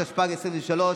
התשפ"ג 2023,